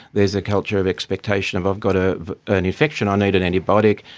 there is a culture of expectation of i've got ah an infection, i need an antibiotic'.